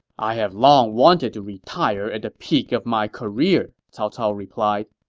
i have long wanted to retire at the peak of my career, cao cao replied,